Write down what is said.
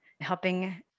helping